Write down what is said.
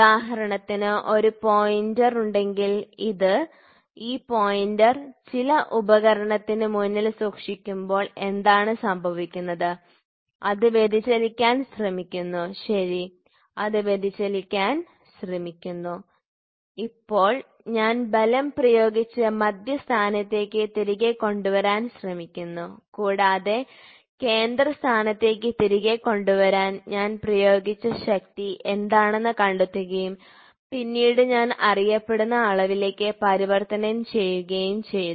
ഉദാഹരണത്തിന് ഒരു പോയിന്റർ ഉണ്ടെങ്കിൽ ഇത് ഈ പോയിന്റർ ചില ഉപകരണത്തിന് മുന്നിൽ സൂക്ഷിക്കുമ്പോൾ എന്താണ് സംഭവിക്കുന്നത് അത് വ്യതിചലിപ്പിക്കാൻ ശ്രമിക്കുന്നു ശരി അത് വ്യതിചലിപ്പിക്കാൻ ശ്രമിക്കുന്നു ഇപ്പോൾ ഞാൻ ബലം പ്രയോഗിച്ച് മധ്യ സ്ഥാനത്തേക്ക് തിരികെ കൊണ്ടുവരാൻ ശ്രമിക്കുന്നു കൂടാതെ കേന്ദ്ര സ്ഥാനത്തേക്ക് തിരികെ കൊണ്ടുവരാൻ ഞാൻ പ്രയോഗിച്ച ശക്തി എന്താണെന്ന് കണ്ടെത്തുകയും പിന്നീട് ഞാൻ അറിയപ്പെടുന്ന അളവിലേക്ക് പരിവർത്തനം ചെയ്യുകയും ചെയ്തു